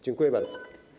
Dziękuję bardzo.